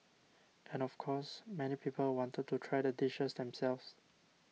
and of course many people wanted to try the dishes themselves